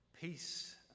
peace